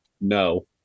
no